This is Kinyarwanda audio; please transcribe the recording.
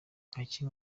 basanzwe